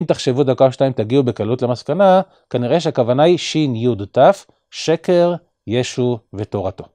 אם תחשבו דקה או שתיים תגיעו בקלות למסקנה: כנראה שהכוונה היא ש' י' ת', שקר, ישו ותורתו.